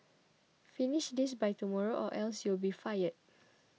finish this by tomorrow or else you'll be fired